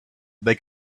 they